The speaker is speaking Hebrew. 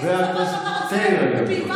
חבר הכנסת, אז תסביר לי.